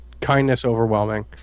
kindness-overwhelming